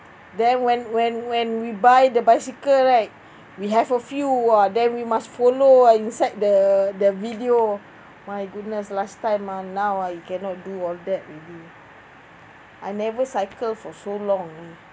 then when when when we buy the bicycle right we have a few !wah! then we must follow ah inside the the video my goodness last time ah now ah you cannot do all that already I never cycle for so long